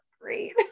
great